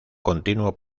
continuo